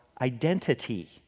identity